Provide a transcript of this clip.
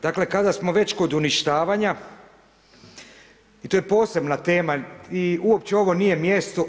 Dakle, kada smo već kod uništavanja i to je posebna tema i uopće ovo nije mjesto.